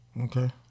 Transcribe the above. Okay